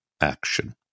action